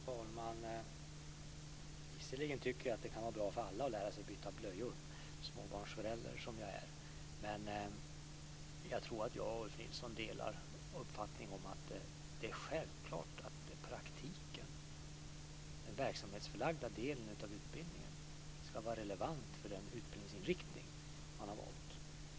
Fru talman! Visserligen tycker jag att det kan vara bra för alla att lära sig byta blöjor, småbarnsförälder som jag är. Men jag tror att jag och Ulf Nilsson delar uppfattningen att det är självklart att praktiken, den verksamhetsförlagda delen av utbildningen, ska vara relevant för den utbildningsinriktning man har valt.